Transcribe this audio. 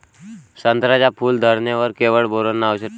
संत्र्याच्या फूल धरणे वर केवढं बोरोंन औषध टाकावं?